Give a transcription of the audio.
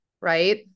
Right